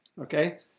Okay